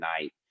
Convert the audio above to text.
night